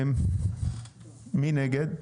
מי נגד?